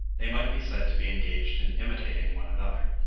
they might be said to be engaged in imitating one another.